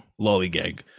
lollygag